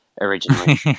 originally